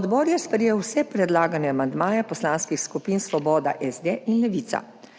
Odbor je sprejel vse predlagane amandmaje poslanskih skupin Svoboda, SD in Levica.